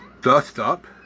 Dust-up